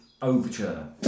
Overture